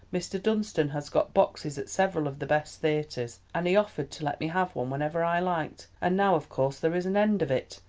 mr. dunstan has got boxes at several of the best theaters, and he offered to let me have one whenever i liked and now of course there is an end of it.